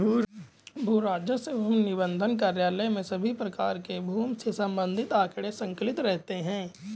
भू राजस्व एवं निबंधन कार्यालय में सभी प्रकार के भूमि से संबंधित आंकड़े संकलित रहते हैं